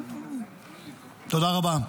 תודה רבה.